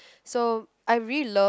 so I really love